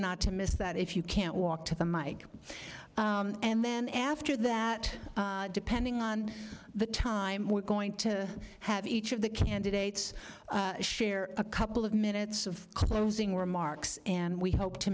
not to miss that if you can't walk to the mike and then after that depending on the time we're going to have each of the candidates share a couple of minutes of closing remarks and we hope to